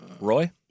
Roy